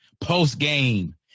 post-game